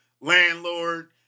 landlord